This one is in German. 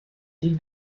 die